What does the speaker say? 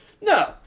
No